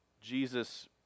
Jesus